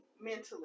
mentally